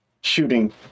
shooting